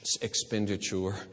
expenditure